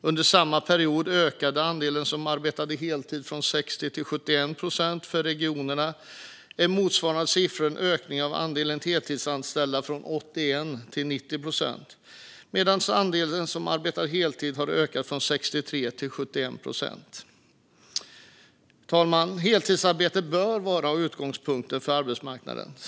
Under samma period ökade andelen som arbetar heltid från 60 till 71 procent. För regionerna är motsvarande siffror en ökning av andelen heltidsanställda från 81 till 90 procent medan andelen som arbetar heltid har ökat från 63 till 71 procent. Herr talman! Heltidsarbete bör vara utgångspunkten på arbetsmarknaden.